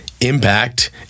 impact